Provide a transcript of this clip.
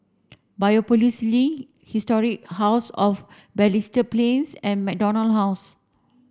Biopolis Link Historic House of Balestier Plains and MacDonald House